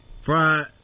fry